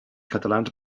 catalans